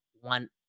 one